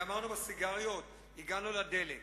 גמרנו עם הסיגריות, הגענו לדלק.